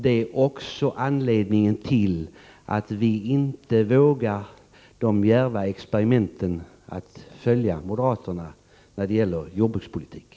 Det är också anledningen till att vi inte vågar oss på det djärva experimentet att följa moderaterna när det gäller jordbrukspolitiken.